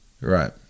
right